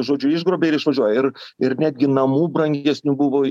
žodžiu išgrobia ir išvažiuoja ir ir netgi namų brangesnių buvo